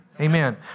Amen